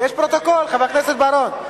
יש פרוטוקול, חבר הכנסת בר-און.